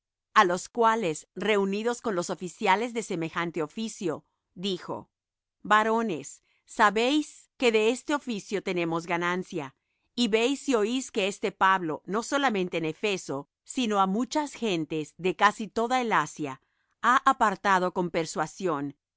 a los cuales reunidos con los oficiales de semejante oficio dijo varones sabéis que de este oficio tenemos ganancia y veis y oís que este pablo no solamente en efeso sino á muchas gentes de casi toda el asia ha apartado con persuasión